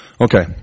Okay